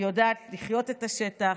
יודעת לחיות את השטח,